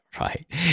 right